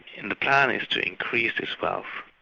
and the plan is to increase this wealth,